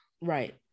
Right